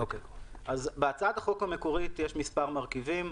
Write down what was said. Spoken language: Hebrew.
בהצעת החוק המקורית יש מספר מרכיבים.